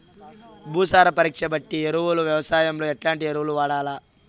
భూసార పరీక్ష బట్టి ఎరువులు వ్యవసాయంలో ఎట్లాంటి ఎరువులు వాడల్ల?